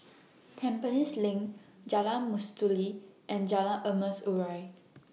Tampines LINK Jalan Mastuli and Jalan Emas Urai